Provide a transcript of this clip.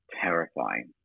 terrifying